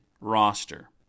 roster